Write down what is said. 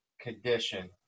condition